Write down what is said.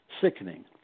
sickening